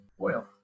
oil